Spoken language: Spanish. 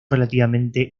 relativamente